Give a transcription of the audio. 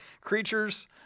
creatures